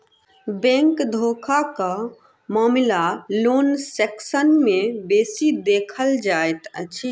bank धोखाक मामिला loan section मे बेसी देखल जाइत अछि